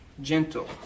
gentle